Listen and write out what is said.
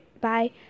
bye